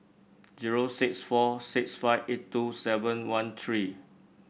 zero six four six five eight two seven one three